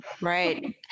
right